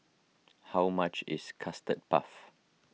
how much is Custard Puff